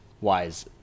Wise